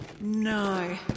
No